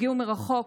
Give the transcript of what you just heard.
הגיעו מרחוק.